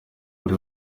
kuri